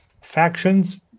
factions